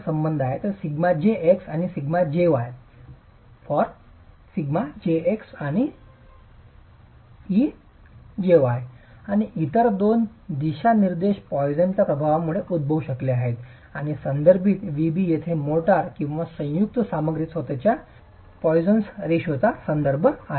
तर σjx आणि σjy च्या साठी εjx आणि εjy आणि इतर दोन दिशानिर्देश पॉइसनच्या प्रभावामुळे उद्भवू शकले आहेत आणि संदर्भित νb येथे मोर्टार किंवा संयुक्त सामग्रीच्या स्वत च्या पॉईसन रेशोचा Poisson's ratio संदर्भ आहे